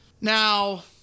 Now